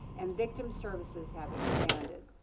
and victim services have expanded.